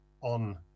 on